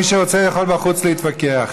מי שרוצה, יכול בחוץ להתווכח.